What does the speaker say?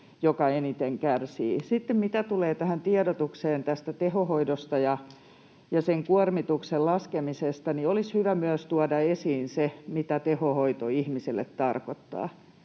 joka eniten kärsii. Sitten mitä tulee tiedotukseen tehohoidosta ja sen kuormituksen laskemisesta, olisi hyvä tuoda esiin myös se, mitä tehohoito ihmiselle tarkoittaa.